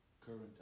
current